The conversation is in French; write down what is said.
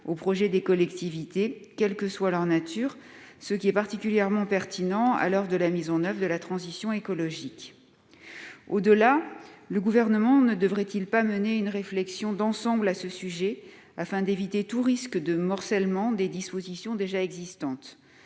aux projets des collectivités, quelle que soit leur nature. Un tel élargissement est particulièrement pertinent à l'heure de la mise en oeuvre de la transition écologique. Au-delà, le Gouvernement ne devrait-il pas mener une réflexion d'ensemble à ce sujet, afin d'éviter tout risque de morcellement des dispositions déjà existantes ?